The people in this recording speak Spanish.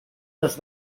los